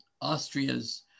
Austria's